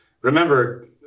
Remember